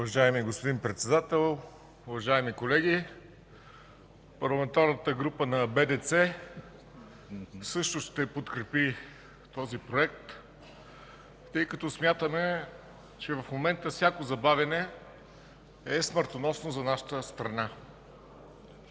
Уважаеми господин Председател, уважаеми колеги! Парламентарната група на БДЦ също ще подкрепи този проект, тъй като смятаме, че в момента всяко забавяне е смъртоносно за нашата страна.